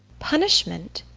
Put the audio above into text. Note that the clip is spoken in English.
punishment?